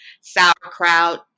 sauerkraut